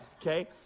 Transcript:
okay